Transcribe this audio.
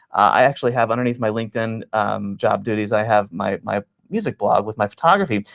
i actually have underneath my linkedin job duties, i have my my music blog with my photography.